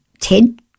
Ted